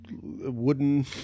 wooden